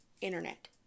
internet